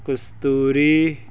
ਕਸਤੂਰੀ